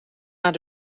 naar